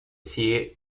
sigue